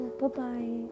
Bye-bye